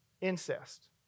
incest